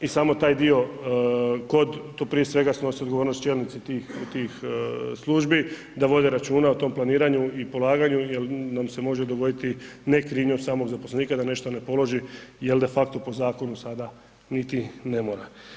I samo taj dio kod, to prije svega snose odgovornost čelnici tih službi da vode računa o tom planiranju i polaganju jer nam se može dogoditi ne krivnjom samog zaposlenika da nešto ne položi jer de facto po zakonu sada niti ne mora.